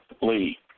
Lee